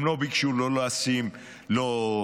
הם לא ביקשו לשים לו,